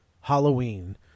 Halloween